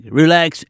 relax